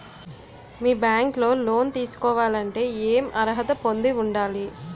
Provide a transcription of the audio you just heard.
మీ bank లో loan తీసుకోవాలంటే ఎం అర్హత పొంది ఉండాలి?